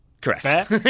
Correct